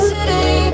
City